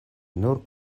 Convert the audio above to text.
nur